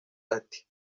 ati